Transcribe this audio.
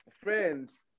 friends